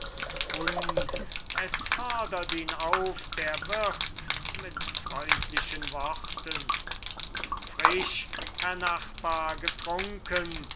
und es fordert ihn auf der wirt mit freundlichen worten frisch herr nachbar getrunken